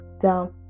down